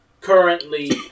currently